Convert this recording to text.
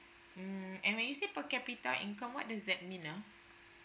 hmm and when you say per capita income what does that mean ah